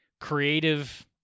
creative